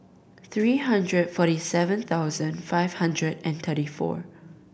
three hundred forty seven thousand five hundred and thirty four